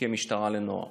לנוער